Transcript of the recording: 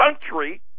country